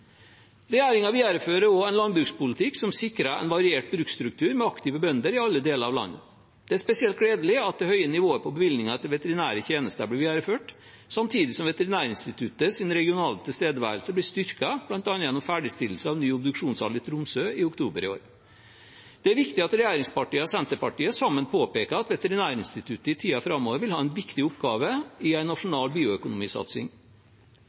viderefører også en landbrukspolitikk som sikrer en variert bruksstruktur med aktive bønder i alle deler av landet. Det er spesielt gledelig at det høye nivået på bevilgninger til veterinære tjenester blir videreført, samtidig som Veterinærinstituttets regionale tilstedeværelse blir styrket bl.a. gjennom ferdigstillelse av ny obduksjonssal i Tromsø i oktober i år. Det er viktig at regjeringspartiene og Senterpartiet sammen påpeker at Veterinærinstituttet i tiden framover vil ha en viktig oppgave i